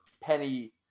Penny